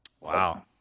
wow